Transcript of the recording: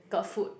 got food